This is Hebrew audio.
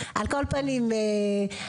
פנים,